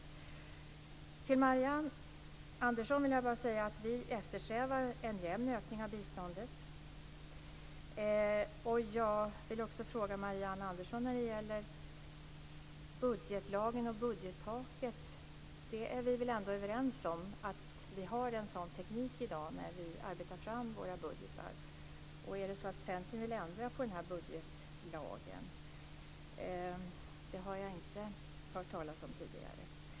Till Marianne Andersson vill jag bara säga att vi eftersträvar en jämn ökning av biståndet. När det gäller budgetlagen och budgettaket vill jag också fråga Marianne Andersson om vi ändå inte är överens om att vi har en sådan teknik i dag när vi arbetar fram våra budgetar. Jag har inte hört talas om tidigare att Centern vill ändra på den budgetlagen.